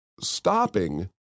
stopping